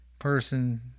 person